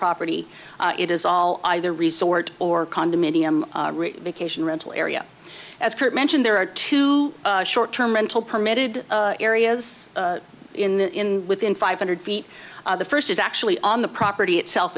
property it is all either resort or condominium vacation rental area as mentioned there are two short term rental permitted areas in within five hundred feet the first is actually on the property itself